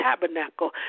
tabernacle